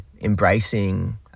embracing